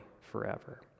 forever